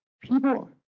People